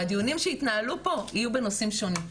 והדיונים שיתנהלו פה יהיו בנושאים שונים,